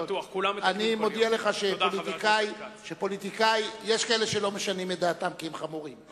אני מודיע לך שיש כאלה שלא משנים את דעתם כי הם חמורים,